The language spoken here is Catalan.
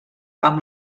amb